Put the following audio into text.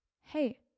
Hey